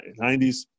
90s